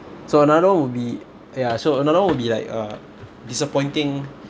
so another would be ya so another one would be like uh disappointing